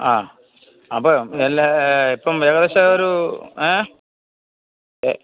ആ അപ്പോള് നല്ല ഇപ്പം ഏകദേശമൊരു ഏ